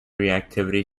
reactivity